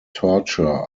torture